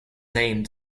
name